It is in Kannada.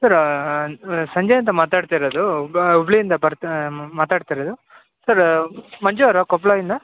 ಸರ್ರ ಸಂಜಯ್ ಅಂತ ಮಾತಾಡ್ತಾ ಇರೋದು ಬ ಹುಬ್ಬಳ್ಳಿ ಇಂದ ಬರ್ತ ಮಾತಾಡ್ತಾ ಇರೋದು ಸರ್ ಮಂಜು ಅವ್ರ ಕೊಪ್ಪಳದಿಂದ